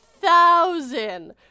thousand